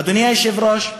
אדוני היושב-ראש,